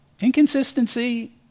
Inconsistency